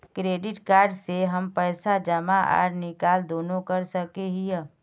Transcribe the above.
Credit card से हम पैसा जमा आर निकाल दोनों कर सके हिये की?